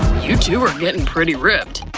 you two are getting pretty ripped.